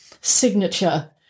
signature